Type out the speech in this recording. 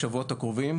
בשבועות הקרובים,